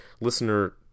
listener